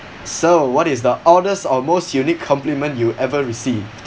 so what is the oddest or most unique compliment you ever received